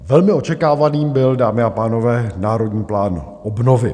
Velmi očekávaným byl, dámy a pánové, Národní plán obnovy.